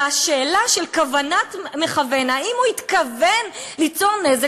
והשאלה של כוונת מכוון, האם הוא התכוון ליצור נזק?